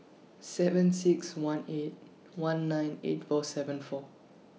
seven six one eight one nine eight four seven four